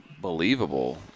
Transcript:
believable